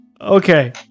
Okay